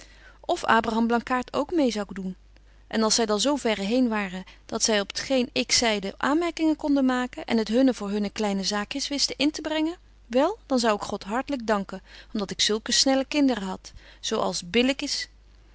of abraham blankaart ook meê zou doen en als zy dan zo verre heen waren dat zy op t geen ik zeide aanmerkingen konden maken en het hunne voor hunne kleine zaakjes wisten in te brengen wel dan zou ik god hartlyk danken om dat ik zulke snelle kinderen had zo als